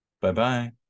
Bye-bye